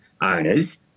owners